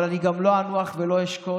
אבל אני גם לא אנוח ולא אשקוט,